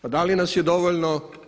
A da li nas je dovoljno?